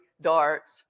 darts